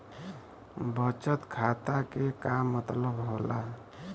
बचत खाता के का मतलब होला?